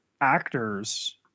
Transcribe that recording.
actors